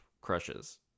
crushes